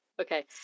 Okay